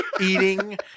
eating